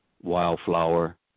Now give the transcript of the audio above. wildflower